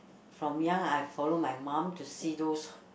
from young I follow my mom to see those